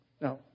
Now